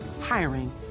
hiring